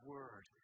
Word